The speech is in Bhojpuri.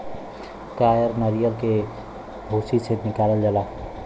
कायर नरीयल के भूसी से निकालल जाला